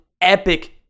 epic